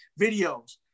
videos